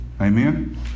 Amen